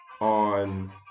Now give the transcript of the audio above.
on